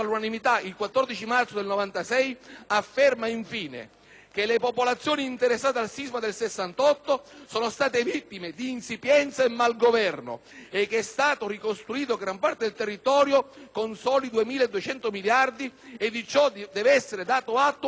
che: «Le popolazioni interessate dal sisma del 1968 sono state vittime di insipienza e malgoverno» e che «è stata ricostruito gran parte del territorio con soli 2.200 miliardi di lire, e di ciò deve essere dato atto alle popolazioni a alle amministrazioni locali interessate».